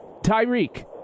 Tyreek